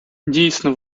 дійсно